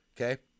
Okay